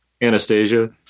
Anastasia